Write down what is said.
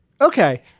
Okay